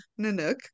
Nanook